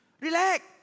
Relax